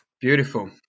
Beautiful